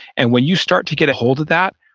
and when you start to get a hold of that,